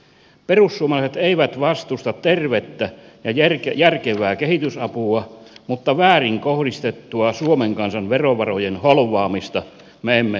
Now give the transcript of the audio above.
perussuomalaiset eivät vastusta tervettä ja järkevää kehitysapua mutta väärin kohdistettua suomen kansan verovarojen holvaamista me emme hyväksy